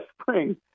spring